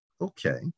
Okay